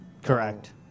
Correct